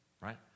Right